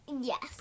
Yes